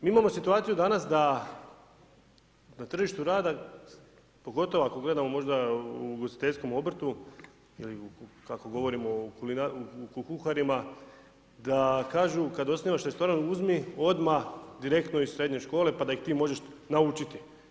Mi imamo situaciju danas da na tržištu rada, pogotovo ako gledamo možda u ugostiteljskom obrtu ili kako govorimo u kuharima, da kažu kad osnivaš restoran uzmi odmah direktno ih srednje škole, pa da ih ti možeš naučiti.